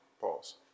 Pause